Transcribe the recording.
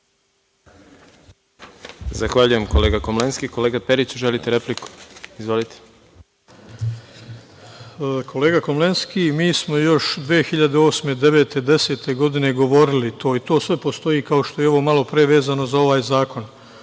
Zahvaljujem, kolega Komlenski. Kolega Periću, želite repliku? Izvolite. **Sreto Perić** Kolega Komlenski, mi smo još 2008, 2009, 2010. godine govorili to i to, sve postoji, kao što je i ovo malopre vezano za ovaj zakon.